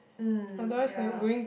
mm ya